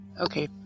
Okay